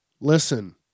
listen